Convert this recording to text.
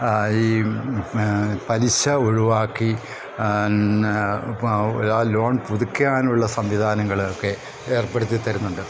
ഈ പലിശ ഒഴിവാക്കി ലോൺ പുതുക്കാനുള്ള സംവിധാനങ്ങളൊക്കെ ഏർപ്പെടുത്തി തരുന്നുണ്ട്